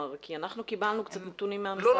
כי אנחנו קיבלנו נתונים שיש אזרוח די מאסיבי.